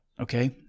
Okay